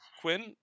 Quinn